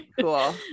cool